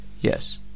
Yes